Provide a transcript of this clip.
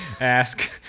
ask